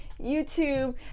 YouTube